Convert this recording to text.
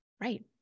right